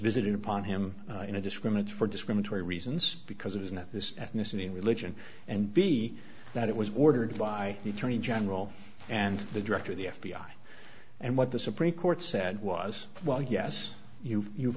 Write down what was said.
visited upon him in a discriminate for discriminatory reasons because it was not this ethnicity and religion and be he that it was ordered by the attorney general and the director of the f b i and what the supreme court said was well yes you've